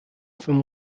from